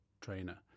trainer